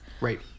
Right